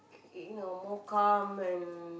you know more calm and